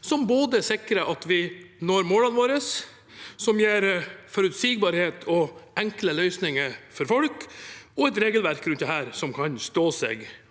som både sikrer at vi når målene våre, gir forutsigbarhet og enkle løsninger for folk og et regelverk rundt dette som kan stå seg over